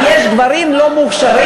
אם יש גברים לא מוכשרים,